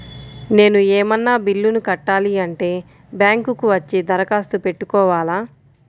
నేను ఏమన్నా బిల్లును కట్టాలి అంటే బ్యాంకు కు వచ్చి దరఖాస్తు పెట్టుకోవాలా?